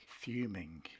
Fuming